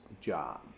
job